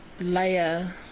layer